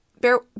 bear